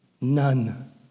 none